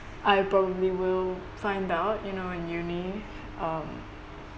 I probably will find out you know in uni um